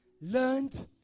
learned